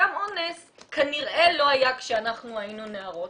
סם אונס כנראה לא היה כשהיינו נערות.